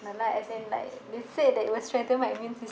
no lah as in like they say that it will strengthen my immune system